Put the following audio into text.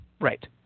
right